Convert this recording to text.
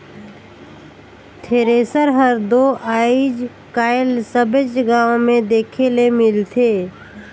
thresher हर दो आएज काएल सबेच गाँव मे देखे ले मिलथे